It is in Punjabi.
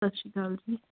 ਸਤਿ ਸ਼੍ਰੀ ਅਕਾਲ ਜੀ